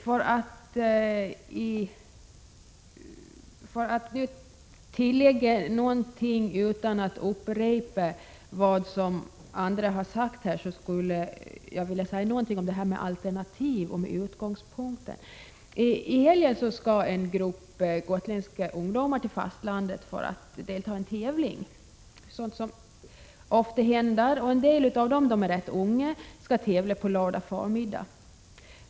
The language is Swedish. För att tillägga någonting utan att upprepa vad andra har sagt skulle jag vilja säga något om detta med alternativ och om utgångspunkten. I helgen skall en grupp gotländska ungdomar till fastlandet för att delta i en tävling, så som ofta händer. En del av dem är rätt unga. De skall tävla på lördag förmiddag.